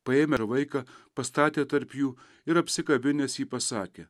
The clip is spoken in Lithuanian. paėmę ir vaiką pastatė tarp jų ir apsikabinęs jį pasakė